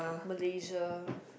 Malaysia